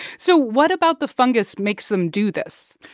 so what about the fungus makes them do this?